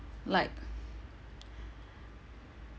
like